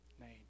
name